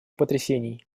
потрясений